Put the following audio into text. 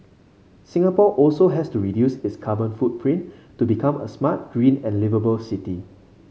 Singapore also has to reduce its carbon footprint to become a smart green and liveable city